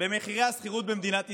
במחירי השכירות במדינת ישראל.